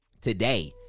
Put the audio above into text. today